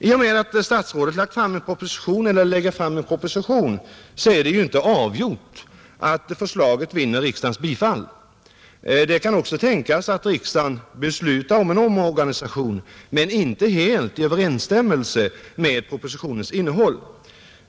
I och med att statsrådet lägger fram en proposition är det ju inte avgjort att förslaget vinner riksdagens bifall. Det kan också tänkas att riksdagen beslutar om en omorganisation men inte helt i överensstämmelse med propositionens innehåll.